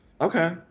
Okay